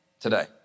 today